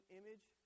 image